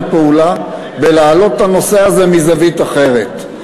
פעולה ולהעלות את הנושא הזה מזווית אחרת.